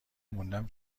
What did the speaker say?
موندم